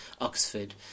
Oxford